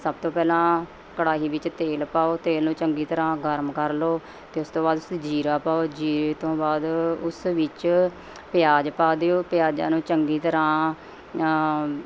ਸਭ ਤੋਂ ਪਹਿਲਾਂ ਕੜਾਹੀ ਵਿੱਚ ਤੇਲ ਪਾਓ ਤੇਲ ਨੂੰ ਚੰਗੀ ਤਰ੍ਹਾਂ ਗਰਮ ਕਰ ਲਓ ਅਤੇ ਉਸ ਤੋਂ ਬਾਅਦ ਤੁਸੀਂ ਜੀਰਾ ਪਾਓ ਜੀਰੇ ਤੋਂ ਬਾਅਦ ਉਸ ਵਿੱਚ ਪਿਆਜ਼ ਪਾ ਦਿਓ ਪਿਆਜ਼ਾਂ ਨੂੰ ਚੰਗੀ ਤਰ੍ਹਾਂ